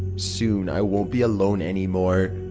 soon, i won't be alone anymore.